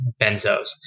benzos